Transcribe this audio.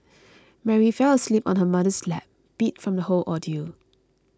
Mary fell asleep on her mother's lap beat from the whole ordeal